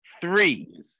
Three